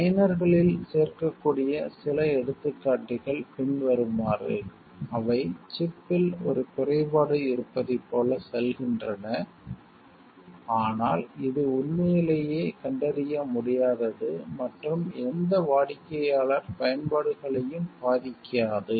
லைனர்களில் சேர்க்கக்கூடிய சில எடுத்துக்காட்டுகள் பின்வருமாறு அவை சிப்பில் ஒரு குறைபாடு இருப்பதைப் போல செல்கின்றன ஆனால் இது உண்மையிலேயே கண்டறிய முடியாதது மற்றும் எந்த வாடிக்கையாளர் பயன்பாடுகளையும் பாதிக்காது